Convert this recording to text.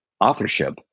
authorship